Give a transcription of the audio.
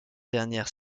dernière